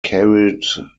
carried